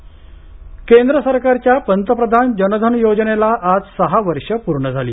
जन धन योजना केंद्र सरकारच्या पंतप्रधान जन धन योजनेला आज सहा वर्ष पूर्ण झाली